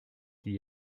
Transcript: qu’il